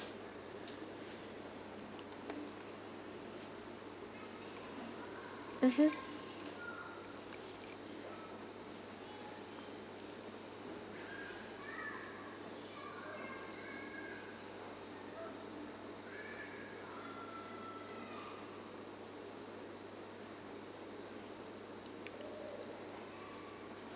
mmhmm